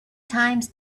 times